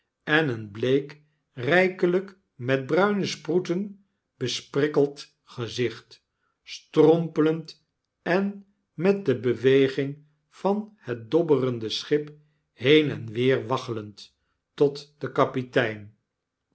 en een week rijkelyk met bruine sproeten besprikkeld gezicht strompelend en met de beweging van het dobberende schip heen en weer waggelend tot den kapitein